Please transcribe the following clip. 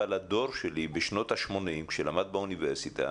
אבל הדור שלי בשנות השמונים שלמד באוניברסיטה,